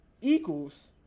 equals